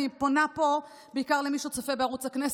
אני פונה פה בעיקר למי שצופה בערוץ הכנסת.